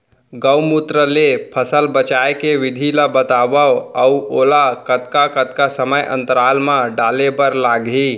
गौमूत्र ले फसल बचाए के विधि ला बतावव अऊ ओला कतका कतका समय अंतराल मा डाले बर लागही?